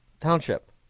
Township